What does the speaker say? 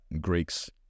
Greeks